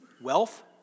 wealth